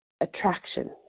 attraction